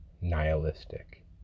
nihilistic